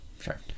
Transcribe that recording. sure